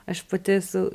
aš pati esu